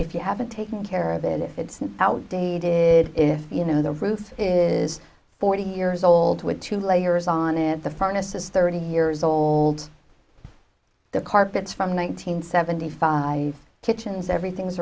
if you haven't taken care of it if it's outdated if you know the roof is forty years old with two layers on it the furnace is thirty years old the carpets from the one nine hundred seventy five kitchens everything's